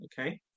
okay